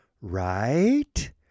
right